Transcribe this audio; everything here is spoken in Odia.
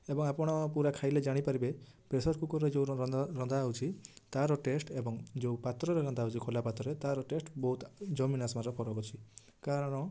ଏବଂ ଆପଣ ପୁରା ଖାଇଲେ ଜାଣିପାରିବେ ପ୍ରେସର୍ କୁକର୍ରେ ଯେଉଁ ରନ୍ଧା ହେଉଛି ତା'ର ଟେଷ୍ଟ ଆଉ ଯେଉଁ ପାତ୍ରରେ ରନ୍ଧା ହେଉଛି ଖୋଲା ପାତ୍ରରେ ତା'ର ଟେଷ୍ଟ ବହୁତ ଜମିନ ଆସମାନର ଫରକ ଅଛି କାରଣ